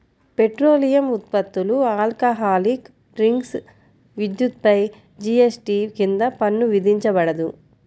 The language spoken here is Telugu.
పెట్రోలియం ఉత్పత్తులు, ఆల్కహాలిక్ డ్రింక్స్, విద్యుత్పై జీఎస్టీ కింద పన్ను విధించబడదు